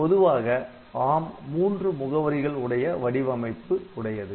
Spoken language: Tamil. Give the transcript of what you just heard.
பொதுவாக ARM மூன்று முகவரிகள் உடைய வடிவமைப்பு உடையது